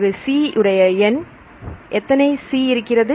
பிறகு C உடைய எண் எத்தனை C இருக்கிறது